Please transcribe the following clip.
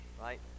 right